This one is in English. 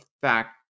fact